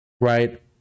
right